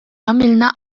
għamilna